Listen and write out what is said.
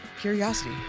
Curiosity